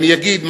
אני אגיד,